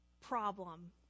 problem